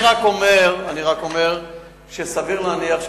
אם הובנתי לא נכון, אני אתקן.